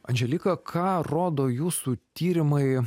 andželika ką rodo jūsų tyrimai